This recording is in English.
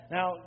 Now